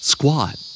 Squat